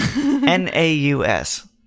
N-A-U-S